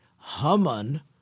Haman